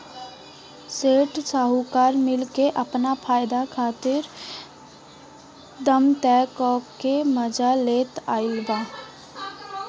सेठ साहूकार मिल के आपन फायदा खातिर दाम तय क के मजा लेत आइल बा